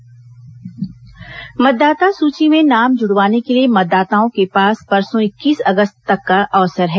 मतदाता सूची पूनरीक्षण मतदाता सूची में नाम जुड़वाने के लिए मतदाताओं के पास परसों इक्कीस अगस्त तक का अवसर है